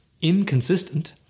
inconsistent